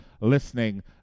listening